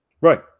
Right